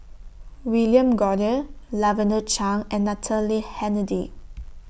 William Goode Lavender Chang and Natalie Hennedige